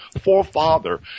forefather